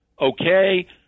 okay